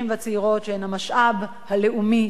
שהם המשאב הלאומי שלנו,